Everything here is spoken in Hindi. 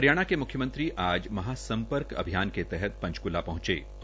हरियाणा के म्ख्यमंत्री आज महासम्पर्क अभियान के तहत पंचक्ला पहंचे पहंचे